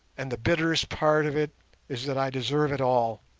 and the bitterest part of it is that i deserve it all.